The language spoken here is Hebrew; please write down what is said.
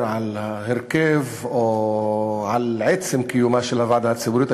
על ההרכב או על עצם קיומה של הוועדה הציבורית.